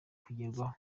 kugerwaho